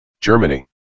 Germany